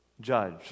judge